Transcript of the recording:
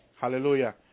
hallelujah